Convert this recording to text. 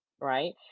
right